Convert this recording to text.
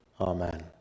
Amen